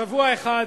בשבוע אחד,